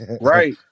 Right